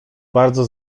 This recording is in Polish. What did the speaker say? bardzo